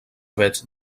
avets